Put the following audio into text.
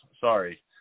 Sorry